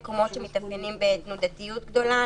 מקומות שמתאפיינים בתנודתיות גדולה,